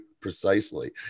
precisely